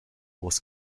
was